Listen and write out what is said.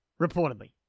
reportedly